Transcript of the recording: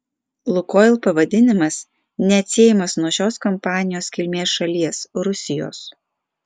lukoil pavadinimas neatsiejamas nuo šios kompanijos kilmės šalies rusijos